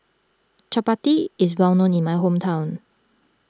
Chapati is well known in my hometown